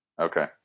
Okay